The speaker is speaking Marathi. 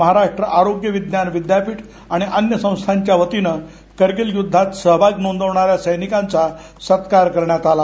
महाराष्ट्र आरोग्य विज्ञान विद्यापीठ आणि अन्य संस्थांच्या वतीनं करगिल युद्धात सहभाग नोंदविणार्या सैनिकांचा सत्कार करण्यात आला